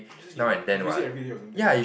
just give it use it everyday or something lah